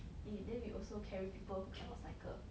eh then when also carry people who cannot cycle